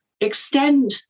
extend